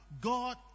God